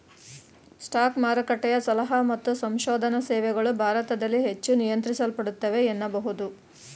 stock ಮಾರುಕಟ್ಟೆಯ ಸಲಹಾ ಮತ್ತು ಸಂಶೋಧನಾ ಸೇವೆಗಳು ಭಾರತದಲ್ಲಿ ಹೆಚ್ಚು ನಿಯಂತ್ರಿಸಲ್ಪಡುತ್ತವೆ ಎನ್ನಬಹುದು